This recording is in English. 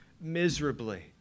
miserably